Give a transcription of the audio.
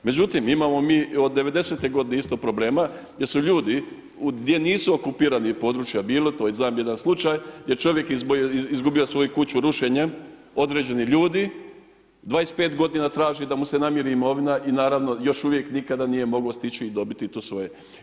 Međutim imamo mi od devedesete godine isto problema jer su ljudi gdje nisu okupirani područja bilo, to znam jedan slučaj jer čovjek je izgubio svoju kuću rušenjem određenih ljudi, 25 godina traži da mu se namiri imovina i naravno još uvijek nikada nije mogao stići i dobiti tu svoje.